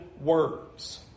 words